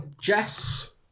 Jess